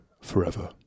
forever